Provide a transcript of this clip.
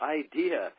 idea